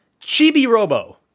Chibi-Robo